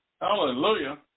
Hallelujah